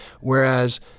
whereas